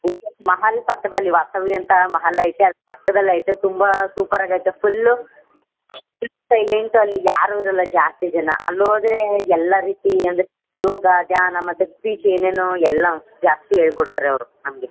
ಮಹಲ್ ಪಕ್ಕದಲ್ಲಿ ವಾಸವಿ ಅಂತ ಮಹಲೈತೆ ಅದರ ಪಕ್ಕದಲ್ಲೈತೆ ತುಂಬ ಸೂಪರಾಗೈತೆ ಫುಲ್ಲು ಸೈಲೆಂಟು ಅಲ್ಲಿ ಯಾರೂ ಇರೋಲ್ಲ ಜಾಸ್ತಿ ಜನ ಅಲ್ಲೋದರೆ ಎಲ್ಲ ರೀತಿ ಅಂದರೆ ಯೋಗ ಧ್ಯಾನ ಮತ್ತು ಸ್ಪೀಚು ಏನೇನೋ ಎಲ್ಲ ಜಾಸ್ತಿ ಹೇಳ್ಕೊಡ್ತಾರೆ ಅವರು ನಮಗೆ